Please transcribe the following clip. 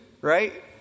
Right